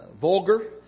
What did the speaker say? vulgar